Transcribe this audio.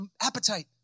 appetite